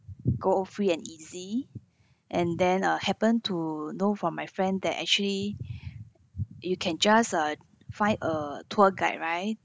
go free and easy and then uh happen to know from my friend that actually you can just uh find a tour guide right